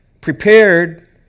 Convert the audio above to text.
prepared